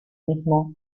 mismo